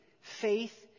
Faith